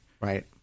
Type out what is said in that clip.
right